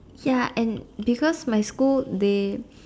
ya and because my school they